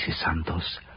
Santos